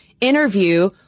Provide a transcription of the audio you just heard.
interview